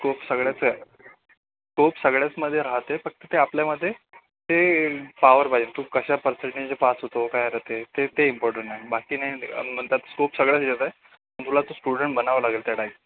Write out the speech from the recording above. scope सगळ्याचं आहे scope सगळ्याचमध्ये राहते फक्त ते आपल्यामध्ये ते पावर पाहिजे तू कशा पर्सेंटेजने पास होतो काय आता ते ते इंपॉर्टन्ट आहे बाकी नाही नंतर स्कोप सगळ्याचं याच्यात आहे आणि तुला तो स्टुडंट बनावं लागेल त्या टाईप